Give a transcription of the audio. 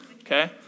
okay